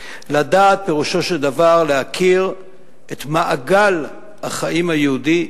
לדעת פירושו להכיר את מעגל החיים היהודי